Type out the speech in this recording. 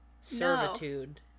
servitude